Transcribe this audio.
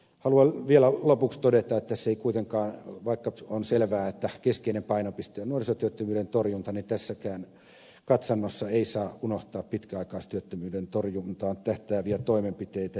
haluan vielä lopuksi todeta että vaikka on selvää että keskeinen painopiste on nuorisotyöttömyyden torjunta ei kuitenkaan tässäkään katsannossa saa unohtaa pitkäaikaistyöttömyyden torjuntaan tähtääviä toimenpiteitä